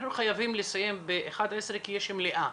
אנחנו חייבים לסיים ב-11:00 כי יש מליאה,